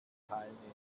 teilnehmer